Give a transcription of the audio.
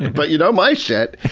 but you know my shit!